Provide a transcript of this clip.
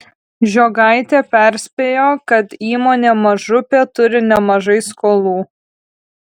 žogaitė perspėjo kad įmonė mažupė turi nemažai skolų